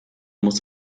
muss